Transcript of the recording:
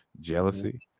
jealousy